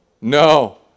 No